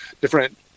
different